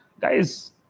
guys